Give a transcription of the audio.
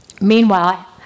meanwhile